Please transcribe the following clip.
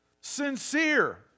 sincere